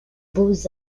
beaux